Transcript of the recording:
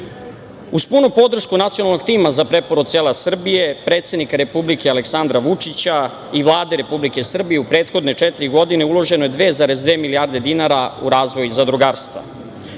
punu podršku Nacionalnog tima za preporod sela Srbije predsednik Republike Aleksandra Vučića i Vlade Republike Srbije u prethodne četiri godine uloženo je 2,2 milijarde dinara u razvoj zadrugarstva. Zadruge